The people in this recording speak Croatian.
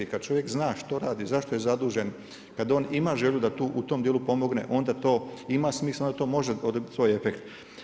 I kada čovjek zna što radi i zašto je zadužen, kada on ima želju da u tom djelu pomogne, onda to ima smisla, onda to može dobiti svoj efekt.